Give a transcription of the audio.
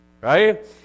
right